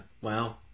Wow